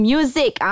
Music